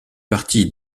partie